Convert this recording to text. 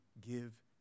give